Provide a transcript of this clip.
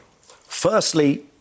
Firstly